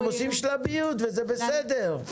הם עושים שלביות וזה בסדר.